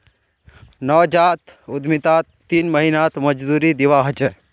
नवजात उद्यमितात तीन महीनात मजदूरी दीवा ह छे